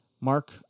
Mark